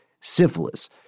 syphilis